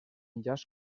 enllaç